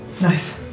Nice